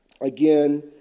again